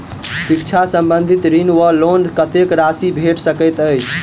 शिक्षा संबंधित ऋण वा लोन कत्तेक राशि भेट सकैत अछि?